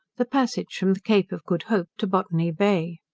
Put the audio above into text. the passage from the cape of good hope to botany bay.